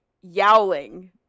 yowling